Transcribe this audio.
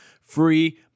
free